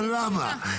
אבל למה?